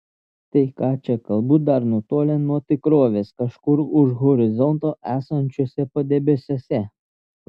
tai ką čia kalbu dar nutolę nuo tikrovės kažkur už horizonto esančiuose padebesiuose